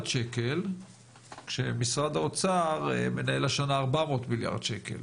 שקל כשמשרד האוצר מנהל השנה 400 מיליארד שקל,